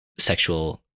sexual